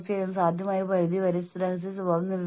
തീർച്ചയായും എന്റെ ഈ അഭിപ്രായം മാറ്റാൻ ഞാൻ തയ്യാറാണ്